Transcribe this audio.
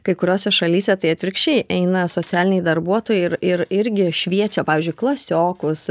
kai kuriose šalyse tai atvirkščiai eina socialiniai darbuotojai ir ir irgi šviečia pavyzdžiui klasiokus